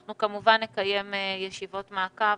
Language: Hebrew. אנחנו, כמובן, נקיים ישיבות מעקב.